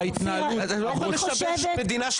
הם לא יכולים לשבש מדינה שלמה.